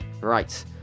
Right